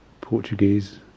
Portuguese